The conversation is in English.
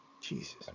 Jesus